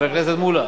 חבר הכנסת מולה.